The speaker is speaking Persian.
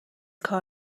کار